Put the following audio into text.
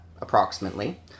approximately